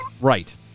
Right